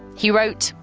he wrote,